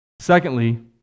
Secondly